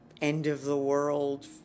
end-of-the-world